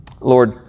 Lord